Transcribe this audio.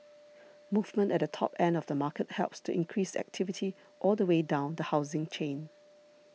movement at the top end of the market helps to increase activity all the way down the housing chain